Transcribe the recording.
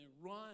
run